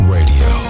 Radio